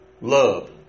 love